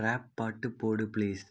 rap பாட்டு போடு please